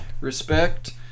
Respect